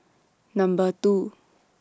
Number two